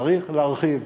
צריך להרחיב.